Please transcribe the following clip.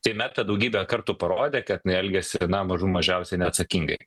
tai meta daugybę kartų parodė kad jinai elgiasi na mažų mažiausiai neatsakingai